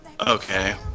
Okay